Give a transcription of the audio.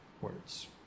words